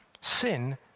Sin